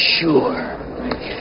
sure